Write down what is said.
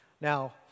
Now